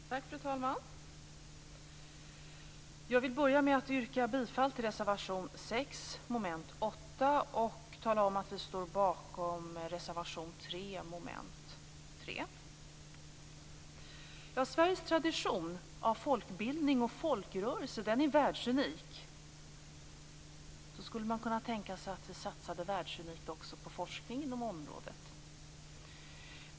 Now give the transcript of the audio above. Fru talman! Jag vill börja med att yrka bifall till reservation 6 under mom. 8 och tala om att vi står bakom reservation 3 under mom. 3. Sveriges tradition av folkbildning och folkrörelse är världsunik. Då skulle man kunna tänka sig att vi satsade världsunikt också på forskning inom området.